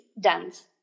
dance